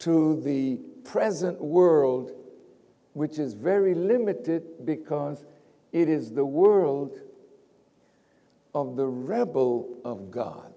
to the present world which is very limited because it is the world of the rebel of god